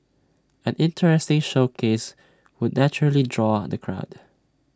an interesting showcase would naturally draw the crowd